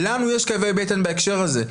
יש לנו כאבי בטן בהקשר הזה.